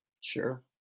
Sure